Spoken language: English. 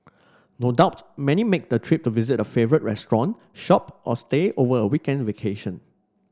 no doubt many make the trip to visit a favourite restaurant shop or stay over a weekend vacation